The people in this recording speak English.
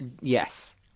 Yes